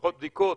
פחות בדיקות,